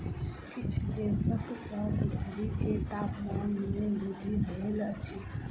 किछ दशक सॅ पृथ्वी के तापमान में वृद्धि भेल अछि